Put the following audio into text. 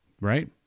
Right